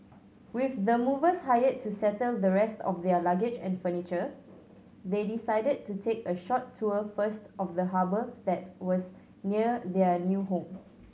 with the movers hired to settle the rest of their luggage and furniture they decided to take a short tour first of the harbour that was near their new home